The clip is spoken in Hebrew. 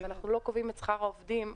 אנחנו לא קובעים את שכר העובדים.